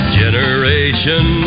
generation